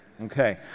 Okay